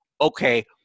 okay